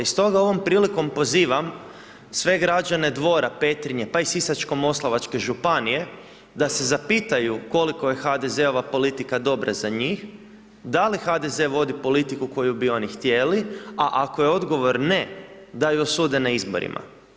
I stoga ovom prilikom pozivam sve građane Dvora, Petrinje pa i Sisačko-moslavačke županije da se zapitaju koliko je HDZ-ova politika dobra za njih, da li HDZ vodi politiku koju bi oni htjeli, a ako je odgovor ne, da ju osude na izborima.